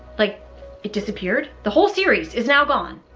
like it disappeared. the whole series is now gone.